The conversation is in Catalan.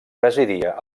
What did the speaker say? presidia